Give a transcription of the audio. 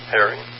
Harry